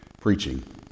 preaching